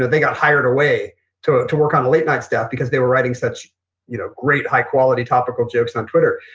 ah they got hired away to to work on late night stuff because they were writing such you know great, high quality, topical jokes on twitter.